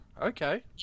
Okay